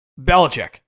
Belichick